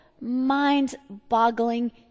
mind-boggling